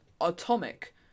Atomic